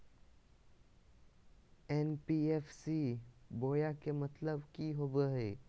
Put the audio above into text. NBFC बोया के मतलब कि होवे हय?